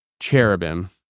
cherubim